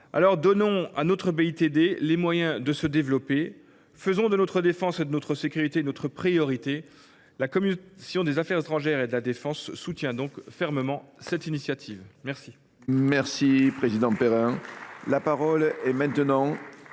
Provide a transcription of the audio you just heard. Aussi, donnons à notre BITD les moyens de se développer. Faisons de notre défense et de notre sécurité notre priorité ! La commission des affaires étrangères et de la défense soutient donc fermement cette initiative. La